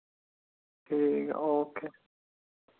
ठीक ऐ ओके